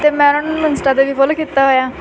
ਅਤੇ ਮੈਂ ਉਹਨਾਂ ਨੂੰ ਇੰਸਟਾ 'ਤੇ ਵੀ ਫੋਲੋ ਕੀਤਾ ਹੋਇਆ